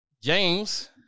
James